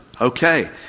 okay